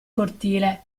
cortile